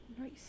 Nice